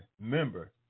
member